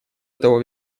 этого